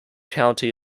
county